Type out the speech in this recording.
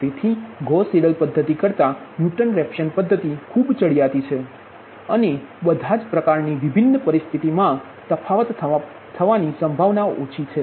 તેથી Gauss Seidel પદ્ધતિ કરતા ન્યુટન રેફસન પદ્ધતિ ખૂબ ચડિયાતી છે અને બધાજ પ્રકારની વિભિન્ન પરિસ્થિતિ મા તફાવત થવાની સંભાવના ઓછી છે